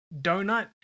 donut